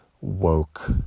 woke